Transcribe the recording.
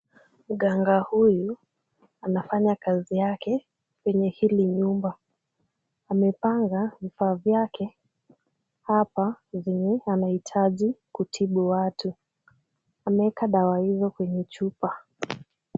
Mganga huyu anafanya kazi yake kwenye hili nyumba. Amepanga vifaa vyake hapa vyenye anahitaji kutibu watu. Ameweka dawa hizo kwenye chupa.